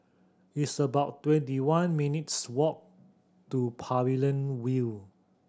it's about twenty one minutes' walk to Pavilion View